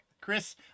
chris